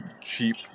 cheap